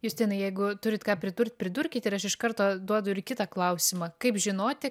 justinai jeigu turit ką pridurt pridurkit ir aš iš karto duodu ir kitą klausimą kaip žinoti